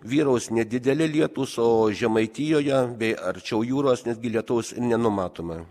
vyraus nedideli lietus o žemaitijoje bei arčiau jūros netgi lietaus nenumatome